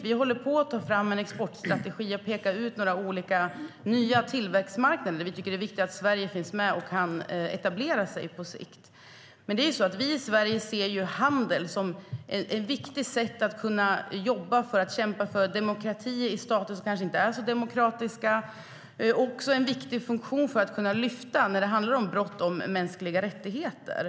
Vi håller på att ta fram en exportstrategi där vi kan peka ut olika tillväxtmarknader där det är viktigt att Sverige finns med och kan etablera sig på sikt. Vi i Sverige ser handel som ett viktigt verktyg för att kunna kämpa för demokrati i stater som kanske inte är särskilt demokratiska. Handeln har också en viktig funktion när det gäller att kunna lyfta fram brott mot mänskliga rättigheter.